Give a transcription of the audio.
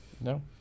No